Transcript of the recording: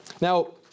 Now